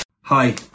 Hi